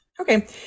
Okay